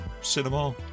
cinema